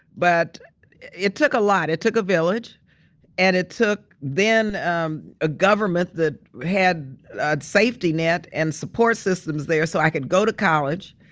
but it took a lot. it took a village and it took then um a government that had a safety net and support systems there so i could go to college,